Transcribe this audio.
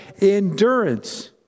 endurance